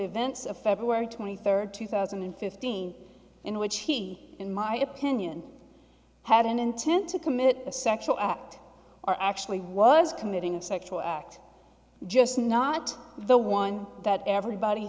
events of february twenty third two thousand and fifteen in which he in my opinion had an intent to commit a sexual act or actually was committing a sexual act just not the one that everybody